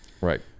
Right